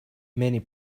many